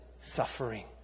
suffering